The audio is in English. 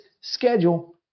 schedule